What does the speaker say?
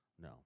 No